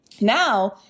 now